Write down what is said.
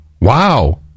Wow